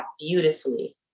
beautifully